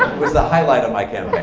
was the highlight of my campaign.